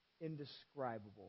indescribable